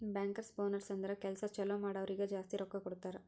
bankers bonus ಅಂದುರ್ ಕೆಲ್ಸಾ ಛಲೋ ಮಾಡುರ್ ಅವ್ರಿಗ ಜಾಸ್ತಿ ರೊಕ್ಕಾ ಕೊಡ್ತಾರ್